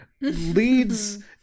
leads